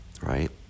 right